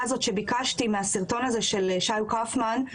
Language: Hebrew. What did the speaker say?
הזה שביקשתי מהסרטון הזה של שי קאופמן,